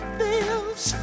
feels